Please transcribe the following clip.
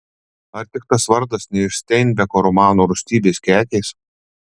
ar tik tas vardas ne iš steinbeko romano rūstybės kekės